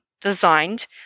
designed